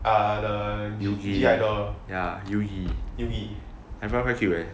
ah err the the G_I girl